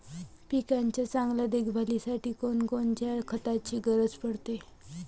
पिकाच्या चांगल्या देखभालीसाठी कोनकोनच्या खताची गरज पडते?